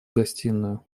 гостиную